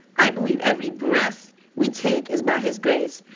i believe every breath we take is by his grace.